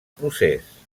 procés